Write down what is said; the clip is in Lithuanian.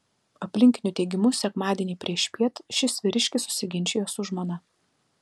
aplinkinių teigimu sekmadienį priešpiet šis vyriškis susiginčijo su žmona